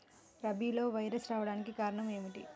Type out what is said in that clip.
బీరలో వైరస్ రావడానికి కారణం ఏమిటి?